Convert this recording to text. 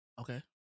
Okay